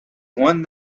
one